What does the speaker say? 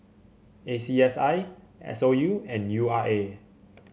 A C S I S O U and U R A